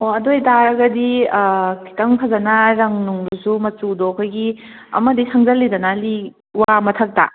ꯑꯣ ꯑꯗꯨ ꯑꯣꯏꯇꯥꯔꯒꯗꯤ ꯈꯤꯇꯪ ꯐꯖꯅ ꯔꯪꯅꯨꯡꯗꯨꯁꯨ ꯃꯆꯨꯗꯣ ꯑꯩꯈꯣꯏꯒꯤ ꯑꯃꯗꯤ ꯁꯪꯖꯤꯜꯂꯤꯗꯅ ꯂꯤ ꯋꯥ ꯃꯊꯛꯇ